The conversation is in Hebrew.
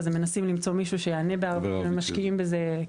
הם מנסים למצוא מישהו דובר ערבית והם משקיעים בזה.